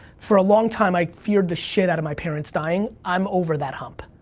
for a long time i'd fear the shit out of my parents dying. i am over that hump.